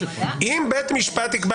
אם בית משפט יקבע